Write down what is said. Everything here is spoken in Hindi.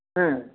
हैं